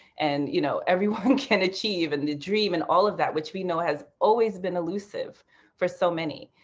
and, you know, everyone can achieve and the dream and all of that, which we know has always been elusive for so many.